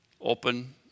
open